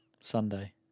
Sunday